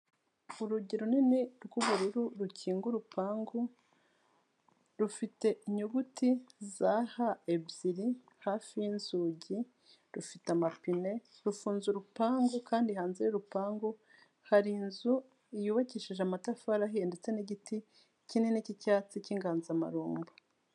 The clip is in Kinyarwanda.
Urugi runini rw'ubururu, rukinga urupangu, rufite inyuguti za H ebyiri hafi y'inzugi, rufite amapine, rufunze urupangu, kandi hanze y'urupangu, hari inzu yubakishije amatafari ahiye, ndetse n'igiti kinini cy'icyatsi, cy'inganzamarumbo.